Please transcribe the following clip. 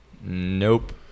Nope